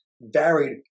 varied